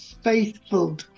Faithful